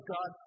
God